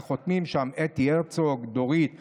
וחותמים שם אתי הרצוג, דורית חורש,